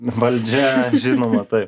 valdžia žinoma taip